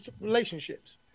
Relationships